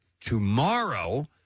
tomorrow